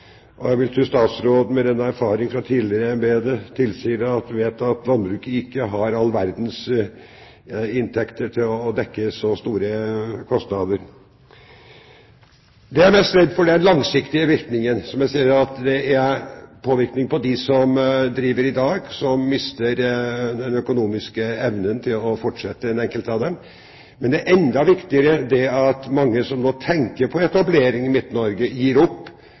og jeg ville tro at en statsråd med den erfaring han har fra et tidligere embete, vet at landbruket ikke har all verdens inntekter til å dekke så store kostnader. Det jeg er mest redd for, er den langsiktige virkningen. Som jeg sier, påvirker det dem som driver i dag – enkelte som mister den økonomiske evnen til å fortsette. Men det som er enda viktigere, er at mange som nå tenker på etablering i Midt-Norge, gir opp,